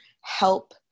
help